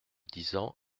disant